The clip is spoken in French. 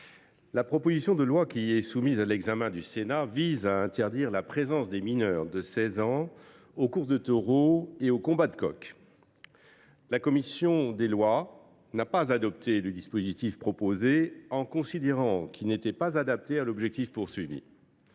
la proposition de loi soumise à l’examen du Sénat vise à interdire la présence des mineurs de 16 ans aux courses de taureaux et aux combats de coqs. La commission des lois n’a pas adopté le dispositif proposé, considérant qu’il n’était pas adapté à l’objectif du texte.